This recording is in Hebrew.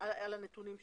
הנתונים שבהם,